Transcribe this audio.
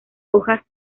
hojas